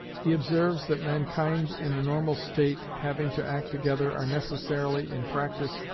he observes, that mankind in a normal state having to act together, are necessarily, in practice,